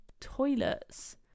toilets